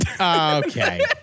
Okay